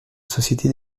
société